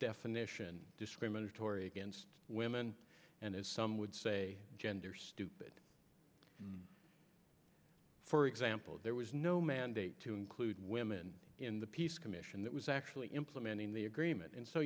definition discriminatory women and as some would say gender stupid for example there was no mandate to include women in the peace commission that was actually implementing the agreement and so